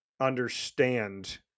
understand